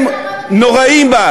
ועדות הקבלה זה אפרטהייד, הם נוראיים.